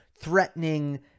threatening